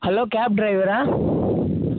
hello cab ட்ரைவரா